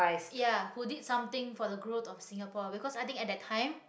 ya who did something for the growth of singapore because i think at that time